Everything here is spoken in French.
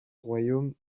royaume